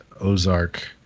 Ozark